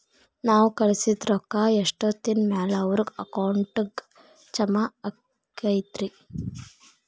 ನಾವು ಕಳಿಸಿದ್ ರೊಕ್ಕ ಎಷ್ಟೋತ್ತಿನ ಮ್ಯಾಲೆ ಅವರ ಅಕೌಂಟಗ್ ಜಮಾ ಆಕ್ಕೈತ್ರಿ?